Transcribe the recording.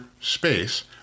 space